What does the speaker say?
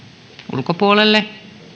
ulkopuolelle